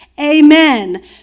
amen